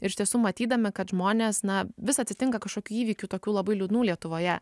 ir iš tiesų matydami kad žmonės na vis atsitinka kažkokių įvykių tokių labai liūdnų lietuvoje